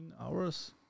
hours